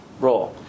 role